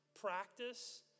practice